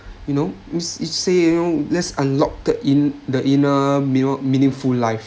you know it's it's you know let's unlock in the inner you know meaningful life